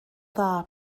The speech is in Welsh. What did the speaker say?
dda